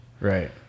Right